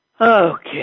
Okay